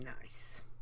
nice